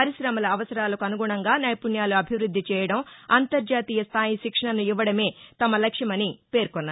పరిశమల అవసరాలకు అనుగుణంగా నైపుణ్యాలు అభివృద్ది చేయడం అంతర్జాతీయ స్థాయి శిక్షణను ఇవ్వడమే తమ లక్ష్యమని పేర్కొన్నారు